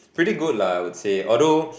pretty good lah I would say although